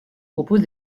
propose